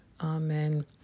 Amen